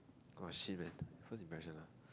!wah! shit man first impression ah